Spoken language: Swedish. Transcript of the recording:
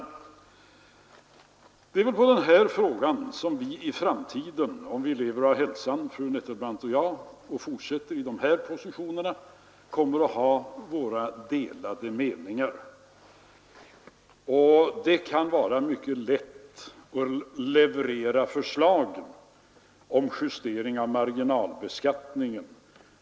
Det är väl i den här frågan som fru Nettelbrandt och jag, om vi lever och har hälsan och fortsätter i våra nuvarande positioner, kommer att ha delade meningar. Det kan vara mycket lätt att leverera förslag om justering av marginalbeskattningen.